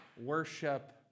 worship